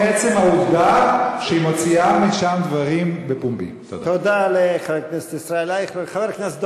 שהיא לא תוכל להיות